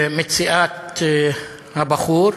במציאת הבחור,